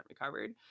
recovered